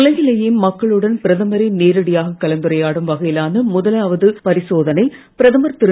உலகிலேயே மக்களுடன் பிரதமரே நேரடியாக கலந்துரையாடும் வகையிலான முதலாவது பரிசோதனை பிரதமர் திரு